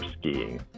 skiing